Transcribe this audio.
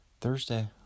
Thursday